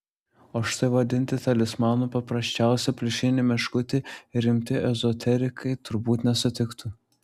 o štai vadinti talismanu paprasčiausią pliušinį meškutį rimti ezoterikai turbūt nesutiktų